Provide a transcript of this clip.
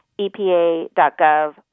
epa.gov